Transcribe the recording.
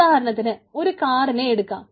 ഉദാഹരണത്തിന് ഒരു കാറിനെ എടുക്കാം